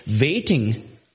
waiting